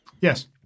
yes